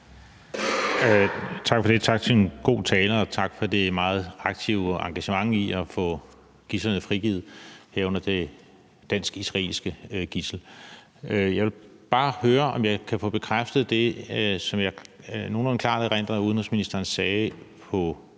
Tak for det, tak for en god tale, og tak for det meget aktive engagement i at få gidslerne frigivet, herunder det dansk-israelske gidsel. Jeg vil bare høre, om jeg kan få bekræftet det, som jeg nogenlunde klart erindrer at udenrigsministeren sagde på